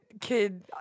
kid